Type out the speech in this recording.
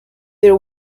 their